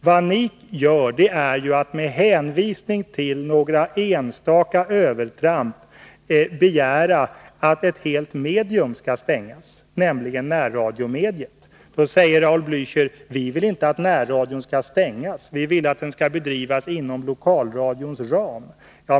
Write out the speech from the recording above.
Vad ni gör är ju att med hänvisning till några enstaka övertramp begära att ett helt medium, nämligen närradiomediet, skall stängas. Då säger Raul Blächer: Vi vill inte att närradion skall stängas. Vi vill att den skall bedrivas inom lokalradions ram.